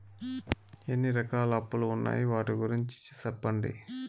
ఎన్ని రకాల అప్పులు ఉన్నాయి? వాటి గురించి సెప్పండి?